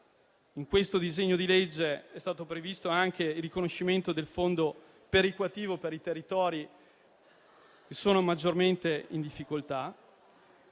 in questo disegno di legge, nel quale è stato previsto anche il riconoscimento del fondo perequativo per i territori maggiormente in difficoltà.